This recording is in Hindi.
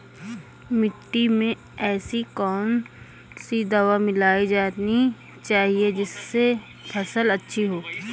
मिट्टी में ऐसी कौन सी दवा मिलाई जानी चाहिए जिससे फसल अच्छी हो?